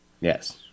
Yes